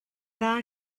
dda